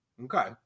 Okay